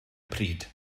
pryd